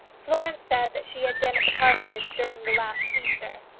florence said that she had been at the parsonage during the last easter.